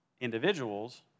individuals